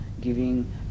giving